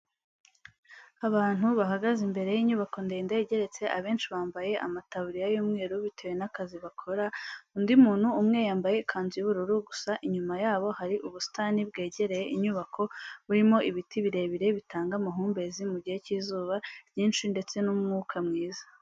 Abantu bahagaze imbere y'inyubako ndende igeretse abenshi bambaye amataburiya y'umweru bitewe n'akazi bakora, undi muntu umwe yambaye ikanzu y'ubururu gusa, inyuma yabo hari ubusitani bwegereye inyubako burimo ibiti birebire bitanga amahumbezi mu gihe cy'izuba ryinshi ndetse n'umwuka mwiza.